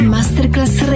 Masterclass